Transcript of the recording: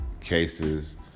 cases